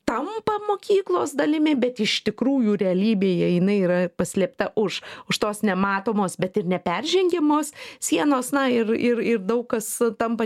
tampa mokyklos dalimi bet iš tikrųjų realybėje jinai yra paslėpta už už tos nematomos bet ir neperžengiamos sienos na ir ir ir daug kas tampa